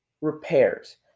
repairs